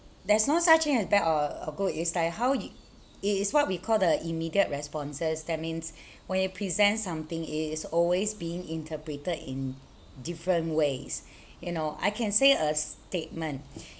there's no such thing as bad or or good it's like how you it is what we call the immediate responses that means when you present something it is always being interpreted in different ways you know I can say a statement